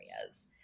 areas